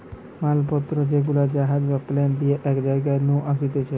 মাল পত্র যেগুলা জাহাজ বা প্লেন দিয়ে এক জায়গা নু আসতিছে